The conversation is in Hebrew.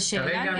כרגע,